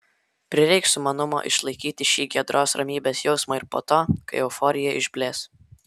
prireiks sumanumo išlaikyti šį giedros ramybės jausmą ir po to kai euforija išblės